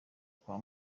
kwa